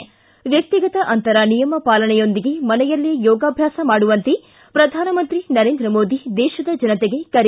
್ಲಿ ವ್ಯಕ್ತಿಗತ ಅಂತರ ನಿಯಮ ಪಾಲನೆಯೊಂದಿಗೆ ಮನೆಯಲ್ಲೇ ಯೋಗಾಭ್ವಾಸ ಮಾಡುವಂತೆ ಪ್ರಧಾನಮಂತ್ರಿ ನರೇಂದ್ರ ಮೊದಿ ದೇಶದ ಜನತೆಗೆ ಕರೆ